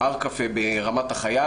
ארקפה ברמת החייל.